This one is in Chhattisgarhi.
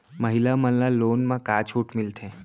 महिला मन ला लोन मा का छूट मिलथे?